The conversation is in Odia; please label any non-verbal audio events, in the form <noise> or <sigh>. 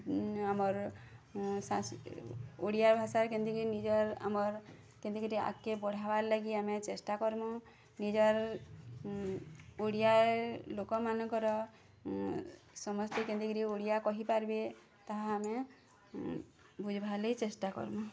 ଆମର୍ <unintelligible> ଓଡ଼ିଆ ଭାଷାରେ କେନ୍ତିକିରି ନିଜର୍ ଆମର୍ କେନ୍ତିକିରି ଆଗ୍କେ ବଢ଼ାବାର୍ ଲାଗି ଚେଷ୍ଟା କର୍ମୁଁ ନିଜର୍ ଓଡ଼ିଆ ଲୋକମାନଙ୍କର ସମସ୍ତେ କେନ୍ତିକିରି ଓଡ଼ିଆ କହି ପାର୍ବେ ତାହା ଆମେ ଉଁ ବୁଝିବାର୍ ଚେଷ୍ଟା କର୍ମୁଁ